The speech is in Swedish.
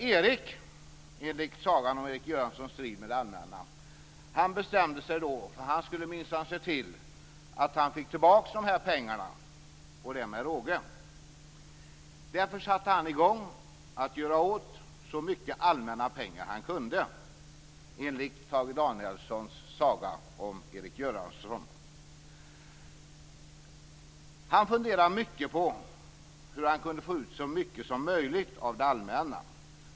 Enligt Sagan om Erik Göranssons strid med det allmänna bestämde sig sonen Erik för att han minsann skulle se till att fick tillbaka de här pengarna, och det med råge. Därför satte han i gång att göra av med så mycket allmänna pengar han kunde, enligt Han funderade mycket på hur han skulle få ut så mycket som möjligt av det allmänna.